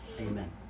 Amen